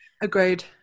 Agreed